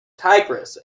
tigris